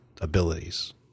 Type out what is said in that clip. abilities